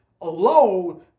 alone